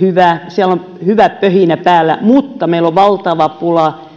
hyvä siellä on hyvä pöhinä päällä mutta meillä on valtava pula